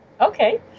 Okay